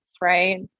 Right